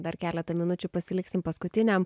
dar keletą minučių pasiliksim paskutiniam